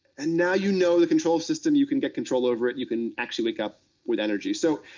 and now you know the control system, you can get control over it, you can actually wake up with energy. so,